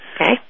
Okay